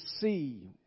see